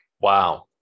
Wow